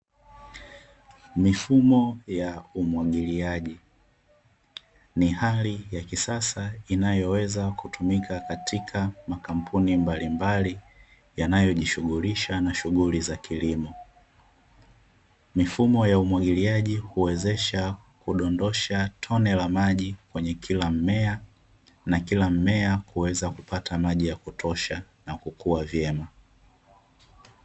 MIfumo ya umwagiliaji, ni hali ya kisasa inayoweza kutumika katika makampuni mbalimbali yanayojishughulisha na shughuli za kilimo. Mifumo ya umwagiliaji huwezesha kudondosha tone la maji kwenye kila mmea na kila mmea kuweza kupata maji ya kutosha na kukua vyema.